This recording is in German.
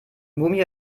mumie